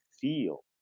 feel